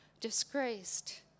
disgraced